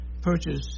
purchase